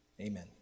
Amen